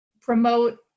promote